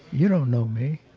you don't know me.